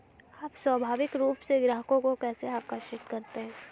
आप स्वाभाविक रूप से ग्राहकों को कैसे आकर्षित करते हैं?